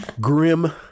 grim